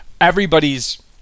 Everybody's